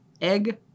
Egg